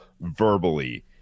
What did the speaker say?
verbally